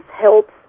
helps